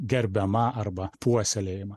gerbiama arba puoselėjama